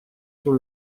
sur